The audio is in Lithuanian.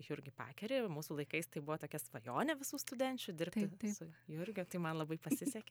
jurgį pakerį ir mūsų laikais tai buvo tokia svajonė visų studenčių dirbti su jurgiu tai man labai pasisekė